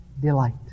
delight